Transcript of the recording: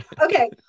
okay